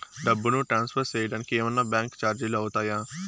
డబ్బును ట్రాన్స్ఫర్ సేయడానికి ఏమన్నా బ్యాంకు చార్జీలు అవుతాయా?